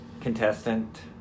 contestant